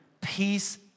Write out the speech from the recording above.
Peace